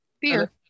fear